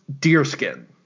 Deerskin